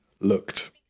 looked